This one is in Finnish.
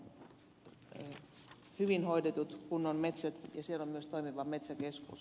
siellä on hyvin hoidetut kunnon metsät ja siellä on myös toimiva metsäkeskus